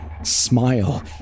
smile